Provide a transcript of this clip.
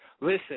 Listen